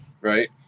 Right